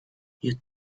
you